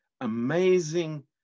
amazing